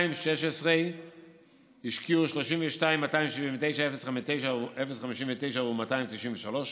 ב-2016 השקיעו 32 מיליון ו-279,059 שקל עבור 293 מוסדות,